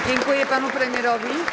Dziękuję panu premierowi.